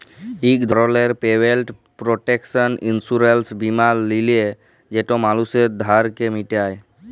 ইক ধরলের payment protection insurance বীমা লিলে যেট মালুসের ধারকে মিটায়